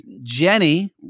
Jenny